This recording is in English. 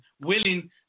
willing